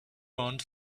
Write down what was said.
want